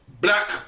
black